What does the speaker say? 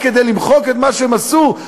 רק כדי למחוק את מה שהם עשו,